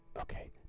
Okay